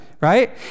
right